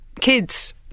kids